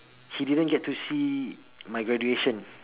he didn't get to see my graduation